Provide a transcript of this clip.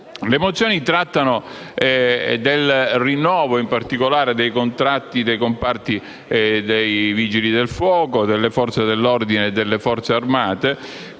Le mozioni trattano del rinnovo dei contratti dei comparti dei Vigili del fuoco, delle Forze dell'ordine e delle Forze armate,